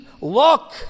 Look